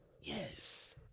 Yes